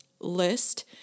list